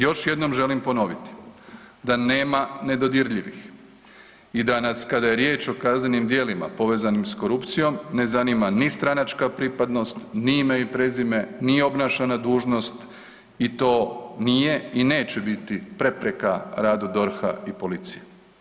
Još jednom želim ponoviti da nema nedodirljivih i da nas kada je riječ o kaznenim djelima povezanih s korupcijom ne zanima ni stranačka pripadnost, ni ime i prezime, ni obnašana dužnost i to nije i neće biti prepreka radu DORH-a i policije.